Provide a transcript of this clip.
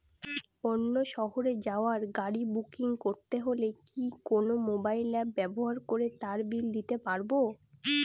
অন্য শহরে যাওয়ার গাড়ী বুকিং করতে হলে কি কোনো মোবাইল অ্যাপ ব্যবহার করে তার বিল দিতে পারব?